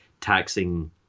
taxing